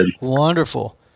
wonderful